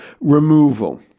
removal